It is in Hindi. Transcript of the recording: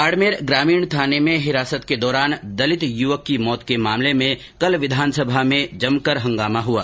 बाड़मेर ग्रामीण थाने में हिरासत के दौरान दलित युवक की मौत के मामले में कल विधानसभा में जमकर हंगामा हुआ